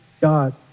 God